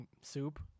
soup